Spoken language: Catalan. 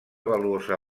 valuosa